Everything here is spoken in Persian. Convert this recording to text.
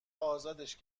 ازادش